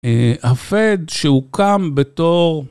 ה-Fed שהוקם בתור...